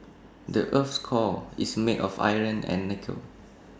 the Earth's core is made of iron and nickel